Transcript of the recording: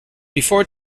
before